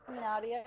Nadia